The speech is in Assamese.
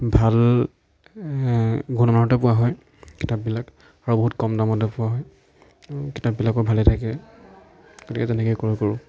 ভাল গুণমানতে পোৱা হয় কিতাপবিলাক আৰু বহুত কম দামতে পোৱা হয় আৰু কিতাপবিলাকো ভালেই থাকে গতিকে তেনেকৈয়ে ক্ৰয় কৰোঁ